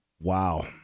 Wow